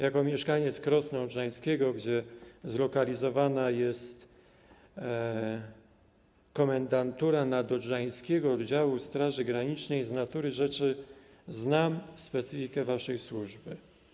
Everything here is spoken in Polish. Jako mieszkaniec Krosna Odrzańskiego, gdzie zlokalizowana jest komendantura Nadodrzańskiego Oddziału Straży Granicznej, z natury rzeczy znam specyfikę waszej służby.